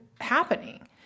happening